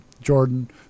Jordan